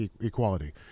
equality